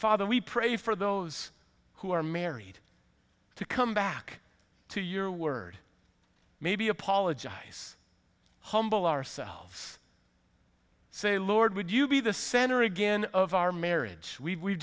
father we pray for those who are married to come back to your word maybe apologize humble ourselves say lord would you be the center again of our marriage we